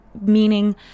meaning